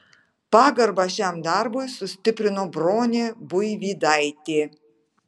pagarbą šiam darbui sustiprino bronė buivydaitė